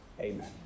Amen